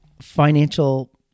financial